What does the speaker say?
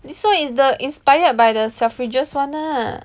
this one is the inspired by the Selfridges one lah